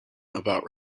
about